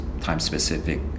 time-specific